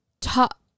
top